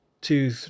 two